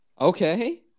Okay